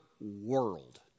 world